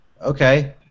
Okay